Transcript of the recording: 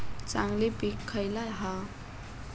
चांगली पीक खयला हा?